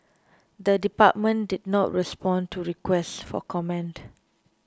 the department did not respond to requests for comment